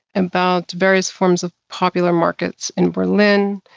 about various forms of popular markets in berlin.